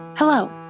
Hello